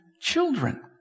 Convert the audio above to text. children